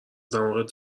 دماغت